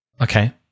Okay